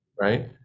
right